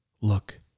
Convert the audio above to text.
Look